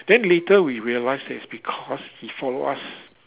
then later we realised that is because he follow us